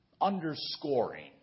underscoring